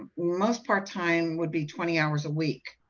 most part-time would be twenty hours a week,